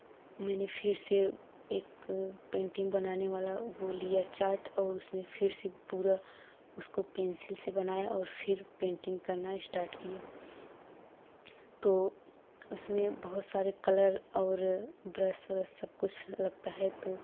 मैंने फिर से एक पेंटिंग बनाने वाला वह लिया चार्ट और उसमें फिर से पूरा उसको पेंसिल से बनाया और फिर पेंटिंग करना स्टार्ट किया तो उसमें बहुत सारे कलर और ब्रश व्रश सब कुछ लगता है तो